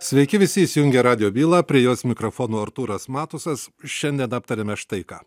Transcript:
sveiki visi įsijungę radijo bylą prie jos mikrofono artūras matusas šiandien aptariame štai ką